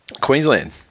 Queensland